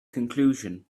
conclusion